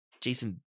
jason